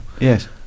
Yes